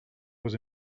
was